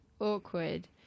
awkward